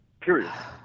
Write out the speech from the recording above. Period